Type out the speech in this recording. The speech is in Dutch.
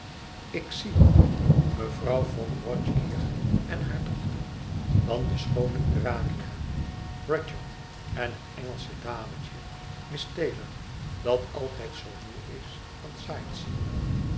ik zie mevrouw von rothkirch en haar dochter dan de schoone urania rudyard en het engelsche dametje miss taylor dat altijd zoo moê is van